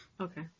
Okay